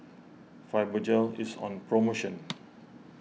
Fibogel is on promotion